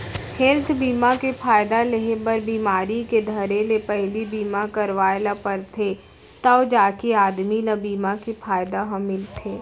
health बीमा के फायदा लेहे बर बिमारी के धरे ले पहिली बीमा करवाय ल परथे तव जाके आदमी ल बीमा के फायदा ह मिलथे